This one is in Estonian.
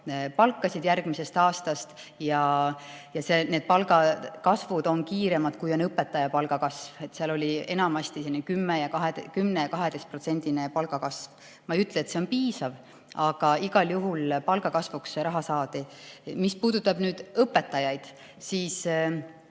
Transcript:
palkasid järgmisest aastast, ja need palgakasvud on kiiremad, kui on õpetaja palga kasv. Seal oli enamasti 10–12%‑line palgakasv. Ma ei ütle, et see on piisav, aga igal juhul palgakasvuks see raha saadi. Mis puudutab õpetajaid, siis